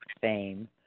fame